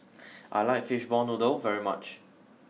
I like fishball noodle very much